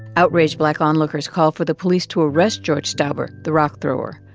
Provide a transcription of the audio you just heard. outraged black onlookers called for the police to arrest george stauber, the rock-thrower.